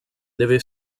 deve